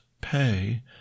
pay